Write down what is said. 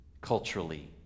culturally